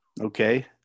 Okay